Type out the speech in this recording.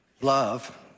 love